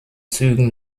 zügen